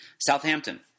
Southampton